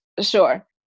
Sure